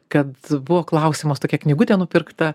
kad buvo klausimas tokia knygutė nupirkta